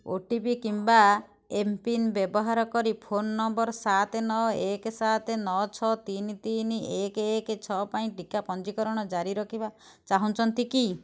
ଓ T P କିମ୍ବା mPIN ବ୍ୟବହାର କରି ଫୋନ୍ ନମ୍ବର୍ ସାତ ନଅ ଏକ ସାତ ନଅ ଛଅ ତିନି ତିନି ଏକ ଏକ ଛଅ ପାଇଁ ଟିକା ପଞ୍ଜୀକରଣ ଜାରି ରଖିବା ଚାହୁଁଛନ୍ତି କି